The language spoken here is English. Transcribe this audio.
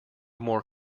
more